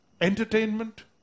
entertainment